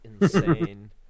insane